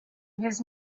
his